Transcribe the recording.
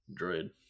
droid